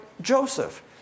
Joseph